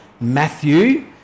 Matthew